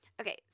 okay